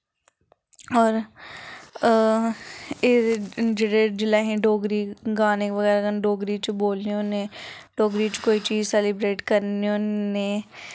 होर एह् जिसलै असें डोगरी गाने बगैरा डोगरी च बोलने होन्ने डोगरी च कोई चीज़ सैलीब्रेट करने होन्ने